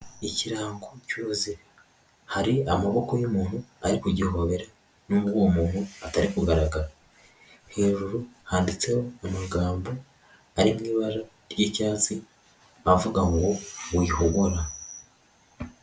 Ikirango cy'ubuzima. Hari amaboko y'umuntu ari kugihobera nubwo uwo muntu atari kugaragara. Hejuru handitseho amagambo ari mu ibara ry'icyatsi avuga ngo: ''Wihogora.''